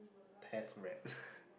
test read